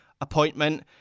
appointment